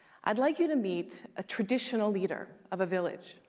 i'd like you to meet a traditional leader of a village,